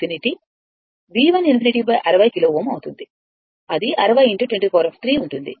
V1 ∞ 60 కిలోΩ అవుతుంది అది 60 x 10 3 ఉంటుంది